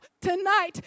tonight